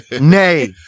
Nay